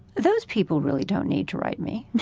those people really don't need to write me.